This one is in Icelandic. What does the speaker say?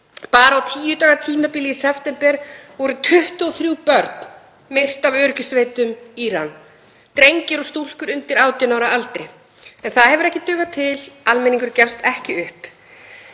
Bara á tíu daga tímabili í september voru 23 börn myrt af öryggissveitum Írans, drengir og stúlkur undir 18 ára aldri. En það hefur ekki dugað til, almenningur gefst ekki upp.